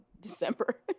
December